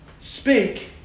speak